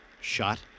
Shot